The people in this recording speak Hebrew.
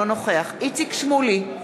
אינו נוכח איציק שמולי,